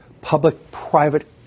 public-private